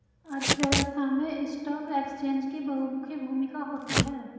अर्थव्यवस्था में stock exchange की बहुमुखी भूमिका होती है